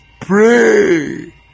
Pray